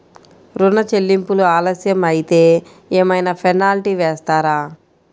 ఋణ చెల్లింపులు ఆలస్యం అయితే ఏమైన పెనాల్టీ వేస్తారా?